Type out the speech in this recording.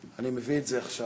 אני מביא את זה עכשיו.